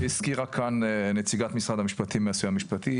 הזכירה כאן נציגת משרד המשפטים מהסיוע המשפטי